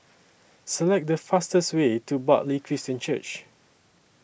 Select The fastest Way to Bartley Christian Church